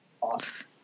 Awesome